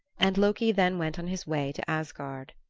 and loki then went on his way to asgard.